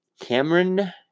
Cameron